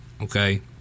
Okay